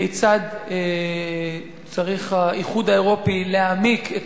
כיצד צריך האיחוד האירופי להעמיק את